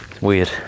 Weird